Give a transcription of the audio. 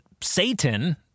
Satan—